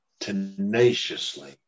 tenaciously